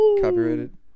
copyrighted